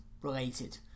related